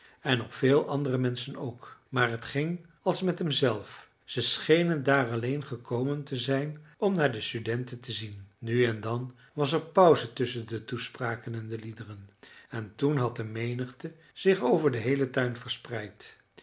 en nog vele andere menschen ook maar het ging als met hemzelf ze schenen daar alleen gekomen te zijn om naar de studenten te zien nu en dan was er pauze tusschen de toespraken en de liederen en toen had de menigte zich over den heelen tuin verspreid